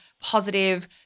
positive